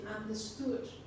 understood